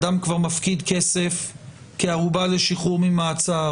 האדם כבר מפקיד כסף כערובה לשחרור ממעצר,